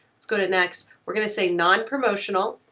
let's go to next. we're gonna say non promotional,